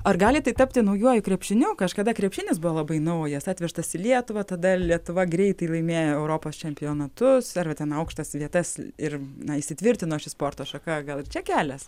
ar gali tai tapti naujuoju krepšiniu kažkada krepšinis buvo labai naujas atvežtas į lietuvą tada lietuva greitai laimėjo europos čempionatus arba ten aukštas vietas ir na įsitvirtino ši sporto šaka gal ir čia kelias